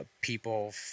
people